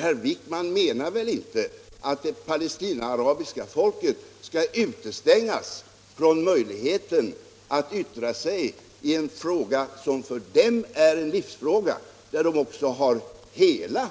Herr Wijkman menar väl inte att det palestinaarabiska folket skall utestängas från möjligheten att yttra sig i en fråga som för palestinaaraberna är en livsfråga och där de också har hela